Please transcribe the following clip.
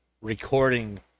recording